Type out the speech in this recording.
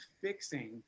fixing